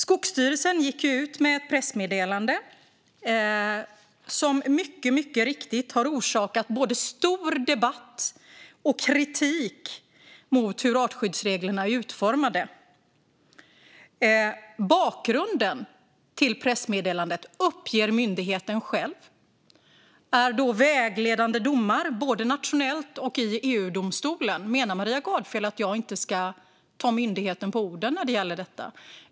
Skogsstyrelsen gick ut med ett pressmeddelande som mycket riktigt har orsakat både stor debatt och kritik mot hur artskyddsreglerna är utformade. Bakgrunden till pressmeddelandet, uppger myndigheten själv, är vägledande domar både nationellt och i EU-domstolen. Menar Maria Gardfjell att jag inte ska ta myndigheten på orden när det gäller detta?